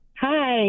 Hi